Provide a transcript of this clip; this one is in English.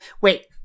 Wait